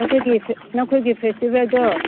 ꯅꯈꯣꯏꯒꯤ ꯅꯈꯣꯏꯒꯤ ꯐꯦꯁꯇꯤꯕꯦꯜꯗꯣ